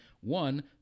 One